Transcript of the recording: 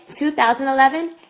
2011